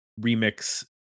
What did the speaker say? remix